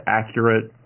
accurate